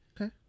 Okay